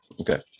Okay